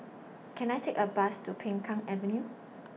Can I Take A Bus to Peng Kang Avenue